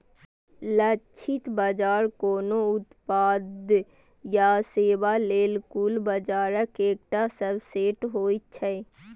लक्षित बाजार कोनो उत्पाद या सेवा लेल कुल बाजारक एकटा सबसेट होइ छै